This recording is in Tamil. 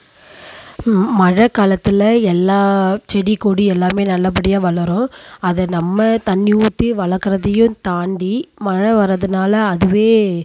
மழை காலத்தில் எல்லாம் செடி கொடி எல்லாமே நல்லபடியாக வளரும் அது நம்ம தண்ணி ஊற்றி வளர்க்குறதையும் தாண்டி மழை வர்றதுனால் அதுவே